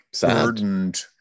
burdened